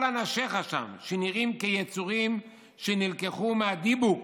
כל אנשיך שם, שנראים כיצורים שנלקחו מ'הדיבוק',